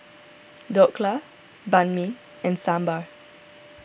Dhokla Banh Mi and Sambar